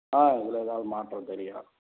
ஆ இதில் ஏதாவது மாற்றம் தெரியும்